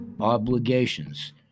obligations